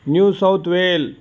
new South Wales